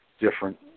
different